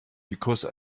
because